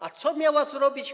A co miała zrobić